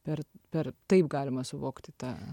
per per taip galima suvokti tą